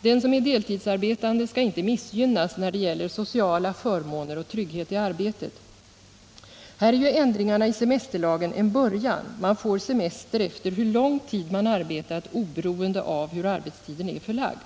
Den som är deltidsarbetande skall inte missgynnas när det gäller sociala förmåner och trygghet i arbetet. Här är ju ändringarna i semesterlagen en början. Man får semester efter hur lång tid man arbetat, oberoende av hur arbetstiden är förlagd.